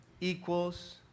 equals